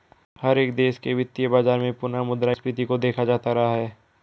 हर एक देश के वित्तीय बाजार में पुनः मुद्रा स्फीती को देखा जाता रहा है